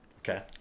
okay